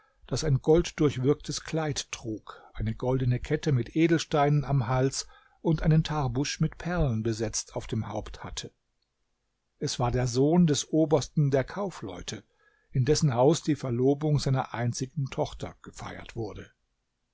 das ein golddurchwirktes kleid trug eine goldene kette mit edelsteinen am hals und einen tarbusch mit perlen besetzt auf dem haupt hatte es war der sohn des obersten der kaufleute in dessen haus die verlobung seiner einzigen tochter gefeiert wurde